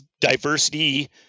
diversity